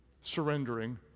surrendering